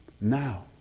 now